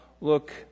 Look